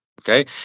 Okay